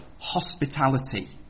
hospitality